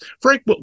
Frank